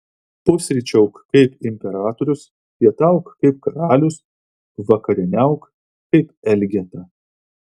pusryčiauk kaip imperatorius pietauk kaip karalius vakarieniauk kaip elgeta